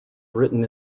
written